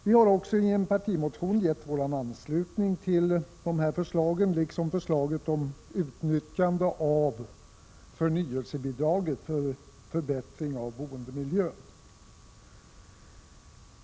Vi har också i en partimotion anslutit oss till dessa förslag, liksom till förslaget om utnyttjande av förnyelsebidraget för förbättring av boendemiljön.